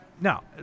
Now